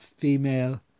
female